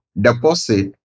deposit